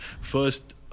first